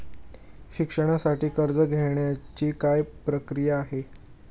शिक्षणासाठी कर्ज घेण्याची काय प्रक्रिया आहे?